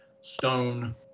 stone